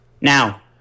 Now